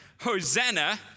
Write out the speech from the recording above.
Hosanna